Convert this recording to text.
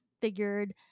figured